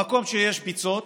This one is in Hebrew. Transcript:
במקום שיש ביצות